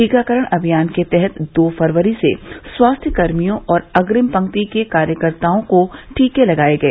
टीकाकरण अभियान के तहत दो फरवरी से स्वास्थ्यकर्मियों और अग्रिम पंक्ति के कार्यकर्ताओं को टीके लगाए गए